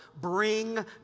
bring